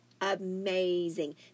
amazing